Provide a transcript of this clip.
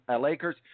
Lakers